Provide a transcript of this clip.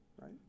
Right